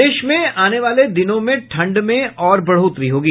प्रदेश में आने वाले दिनों में ठंड में और बढ़ोतरी होगी